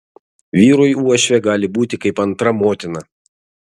vyrui uošvė gali būti kaip antra motina